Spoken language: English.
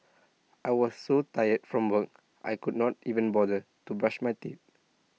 I was so tired from work I could not even bother to brush my teeth